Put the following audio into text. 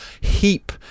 heap